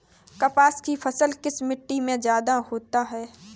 कपास की फसल किस मिट्टी में ज्यादा होता है?